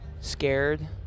scared